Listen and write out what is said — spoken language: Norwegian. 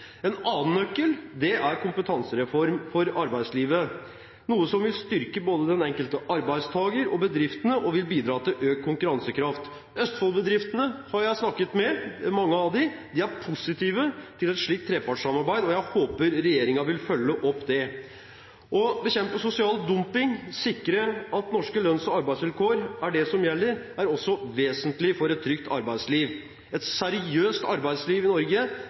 En annen nøkkel er kompetansereform for arbeidslivet, noe som vil styrke både den enkelte arbeidstaker og bedriftene, og bidra til økt konkurransekraft. Jeg har snakket med mange av Østfold-bedriftene, og de er positive til et slikt trepartssamarbeid. Jeg håper regjeringen vil følge opp det. Å bekjempe sosial dumping, sikre at norske lønns- og arbeidsvilkår er det som gjelder, er også vesentlig for et trygt arbeidsliv. Et seriøst arbeidsliv i Norge